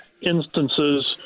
instances